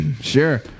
Sure